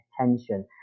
attention